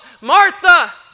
Martha